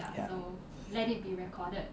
ya